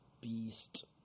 Beast